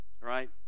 right